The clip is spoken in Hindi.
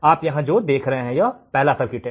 आप यहाँ जो देख रहे हैं यह पहला सर्किट है